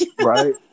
Right